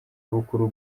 bukuru